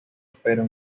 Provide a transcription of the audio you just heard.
pero